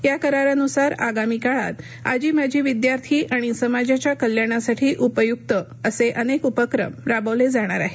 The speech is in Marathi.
या करारानुसार आगामी काळात आजी माजी विद्यार्थी आणि समाजाच्या कल्याणासाठी उपयुक्त असे अनेक उपक्रम राबवले जाणार आहेत